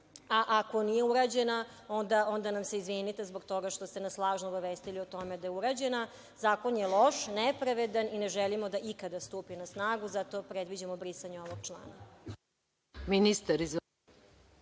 Ako nije urađena, onda nam se izvinite zbog toga što ste nas lažno obavestili o tome da je urađena. Zakon je loš, nepravedan i ne želimo da ikada stupi na snagu i zato predviđamo brisanje ovog člana.